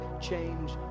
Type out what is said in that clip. change